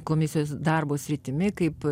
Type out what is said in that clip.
komisijos darbo sritimi kaip